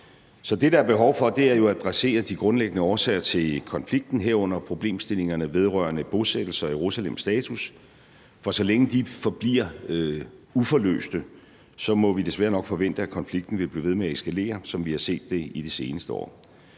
Så det, der er behov for, er jo at adressere de grundlæggende årsager til konflikten, herunder problemstillingerne vedrørende bosættelser og Jerusalems status, for så længe de forbliver uforløste, må vi desværre nok forvente, at konflikten vil blive ved med at eskalere, som vi har set det i de seneste år.